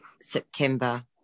September